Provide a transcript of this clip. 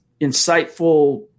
insightful